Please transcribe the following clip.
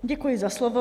Děkuji za slovo.